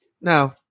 No